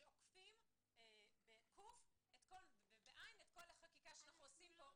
או לקבוע את הסמכות בשלב מאוחר יותר.